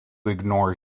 ignore